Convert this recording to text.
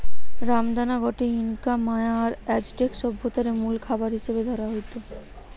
রামদানা গটে Inca, Maya আর অ্যাজটেক সভ্যতারে মুল খাবার হিসাবে ধরা হইত